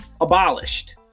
abolished